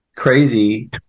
crazy